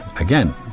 again